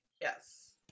Yes